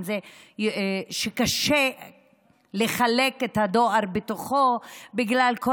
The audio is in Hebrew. אם קשה לחלק את הדואר בתוכו בגלל כל